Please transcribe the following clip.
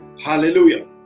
Hallelujah